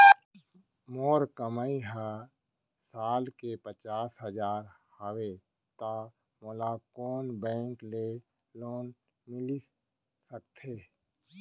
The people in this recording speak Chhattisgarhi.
मोर कमाई ह साल के पचास हजार हवय त मोला कोन बैंक के लोन मिलिस सकथे?